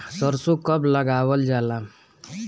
सरसो कब लगावल जाला?